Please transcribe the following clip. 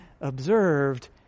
observed